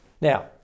Now